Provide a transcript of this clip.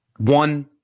One